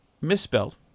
misspelled